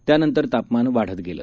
त्यानंतर तापमान वाढत गेलं